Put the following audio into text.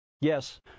Yes